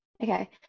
okay